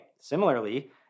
Similarly